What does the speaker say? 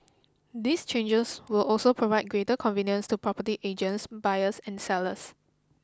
these changers will also provide greater convenience to property agents buyers and sellers